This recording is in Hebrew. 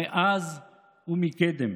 מאז ומקדם.